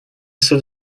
суд